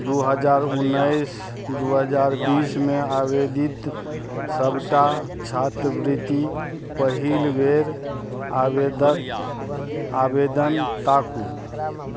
दुइ हजार उनैस दुइ हजार बीसमे आवेदित सबटा छात्रवृति पहिलबेर आवेदक आवेदन ताकू